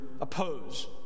oppose